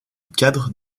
cadre